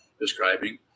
describing